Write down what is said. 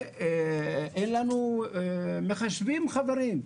ואין לנו מחשבים, חברים.